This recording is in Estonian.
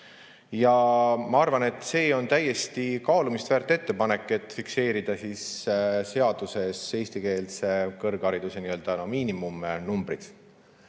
Ja ma arvan, et see on täiesti kaalumist väärt ettepanek, et fikseerida seaduses eestikeelse kõrghariduse nii-öelda miinimumnumbrid.